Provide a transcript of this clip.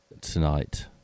tonight